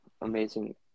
amazing